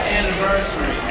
anniversary